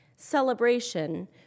celebration